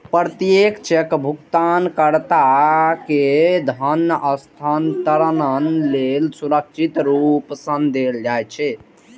प्रत्येक चेक भुगतानकर्ता कें धन हस्तांतरण लेल सुरक्षित रूप सं देल जाइ छै